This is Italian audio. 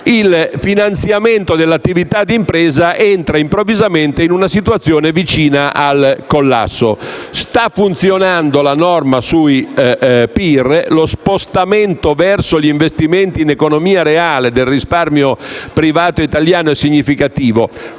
il finanziamento dell'attività di impresa entra improvvisamente in una situazione vicina al collasso. Sta funzionando la norma sui Piani individuali di risparmio (PIR). Lo spostamento verso gli investimenti in economia reale del risparmio privato italiano è significativo.